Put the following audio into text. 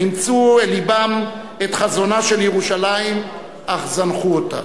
הם אימצו אל לבם את חזונה של ירושלים אך זנחו אותה.